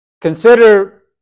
Consider